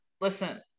listen